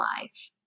life